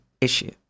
issue